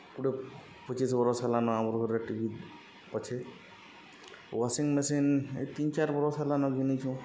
କୁଡ଼େ ପଚିଶ୍ ବରଷ୍ ହେଲାନ ଆମର୍ ଘରେ ଟି ଭି ଅଛେ ୱାସିଂ ମେସିନ୍ ଇ ତିନ୍ ଚାର୍ ବରଷ୍ ହେଲାନ ଘିନିଚୁ